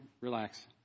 Relax